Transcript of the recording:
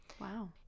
Wow